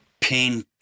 pain